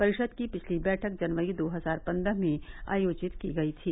परिषद की पिछली बैठक जनवरी दो हजार पन्द्रह में आयोजित की गई थी